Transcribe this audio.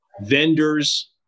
vendors